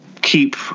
keep